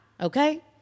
Okay